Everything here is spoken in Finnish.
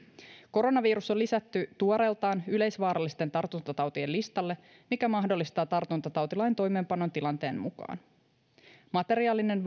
koronavirus on lisätty tuoreeltaan yleisvaarallisten tartuntatautien listalle mikä mahdollistaa tartuntatautilain toimeenpanon tilanteen mukaan materiaalinen